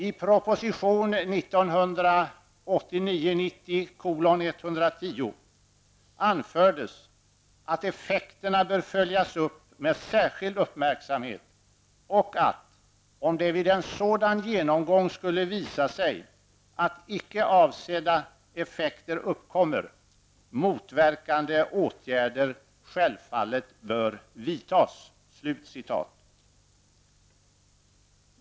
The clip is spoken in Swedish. I proposition 1989/90:110 anfördes att effekterna bör följas upp med särskild uppmärksamhet och att -- om det vid en sådan genomgång skulle visa sig att icke avsedda effekter uppkommer -- motverkande åtgärder självfallet bör vidtas.''